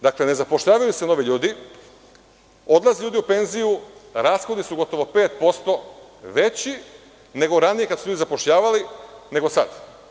Dakle, ne zapošljavaju se novi ljudi, odlaze ljudi u penziju, rashodi su gotovo 5% veći, nego ranije kada su se ljudi zapošljavali, nego sad.